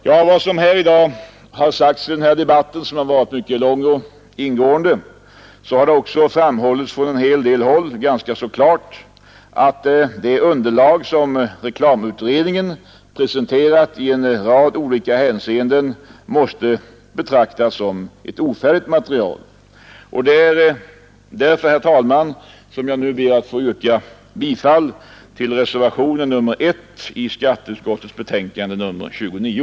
I debatten här i dag som varit mycket lång och ingående har många talare ganska klart framhållit att det underlag som reklamutredningen presenterat i en rad olika hänseenden måste betraktas som ett ofärdigt material. Det är därför, herr talman, som jag ber att få yrka bifall till reservationen 1 i skatteutskottets betänkande nr 29.